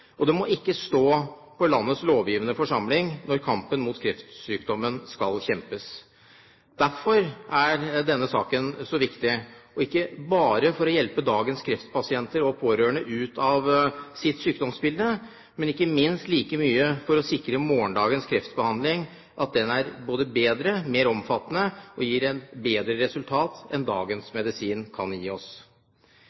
og det må ikke stå på landets lovgivende forsamling når kampen mot kreftsykdommen skal kjempes. Derfor er denne saken så viktig, ikke bare for å hjelpe dagens kreftpasienter og deres pårørende ut av sitt sykdomsbilde, men minst like mye for å sikre at morgendagens kreftbehandling både er bedre, mer omfattende – og gir et bedre resultat enn dagens